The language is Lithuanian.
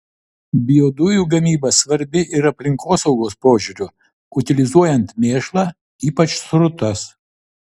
biodujų gamyba svarbi ir aplinkosaugos požiūriu utilizuojant mėšlą ypač srutas